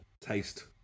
taste